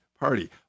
Party